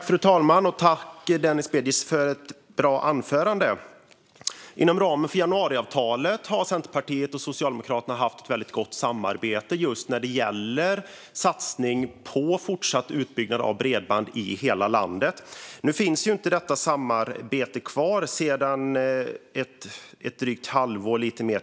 Fru talman! Tack, Denis Begic, för ett bra anförande! Inom ramen för januariavtalet har Centerpartiet och Socialdemokraterna haft ett väldigt gott samarbete just när det gäller satsning på fortsatt utbyggnad av bredband i hela landet. Nu finns ju inte detta samarbete kvar sedan ett drygt halvår.